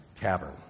cavern